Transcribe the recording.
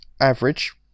average